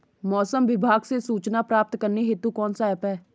मौसम विभाग से सूचना प्राप्त करने हेतु कौन सा ऐप है?